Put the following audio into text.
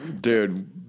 Dude